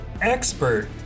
Expert